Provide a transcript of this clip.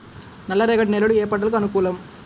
నల్లరేగడి నేలలు ఏ పంటలకు అనుకూలం?